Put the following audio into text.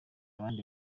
abandi